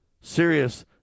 serious